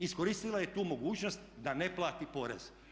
Iskoristila je tu mogućnost da ne plati porez.